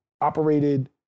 operated